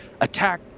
attack